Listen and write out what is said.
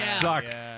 sucks